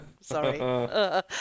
Sorry